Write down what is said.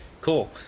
cool